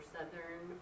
Southern